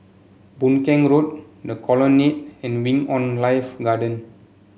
Boon Keng Road The Colonnade and Wing On Life Garden